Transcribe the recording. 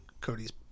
Cody's